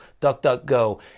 DuckDuckGo